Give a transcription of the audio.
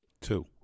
Two